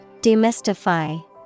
Demystify